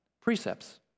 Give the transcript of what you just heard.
precepts